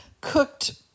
cooked